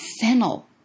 fennel